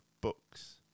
books